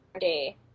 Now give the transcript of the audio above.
day